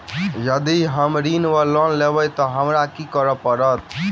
यदि हम ऋण वा लोन लेबै तऽ हमरा की करऽ पड़त?